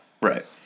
Right